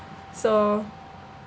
so